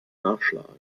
nachschlagen